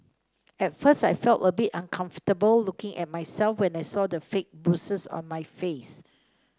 at first I felt a bit uncomfortable looking at myself when I saw the fake bruises on my face